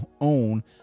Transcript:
own